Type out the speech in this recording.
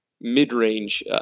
mid-range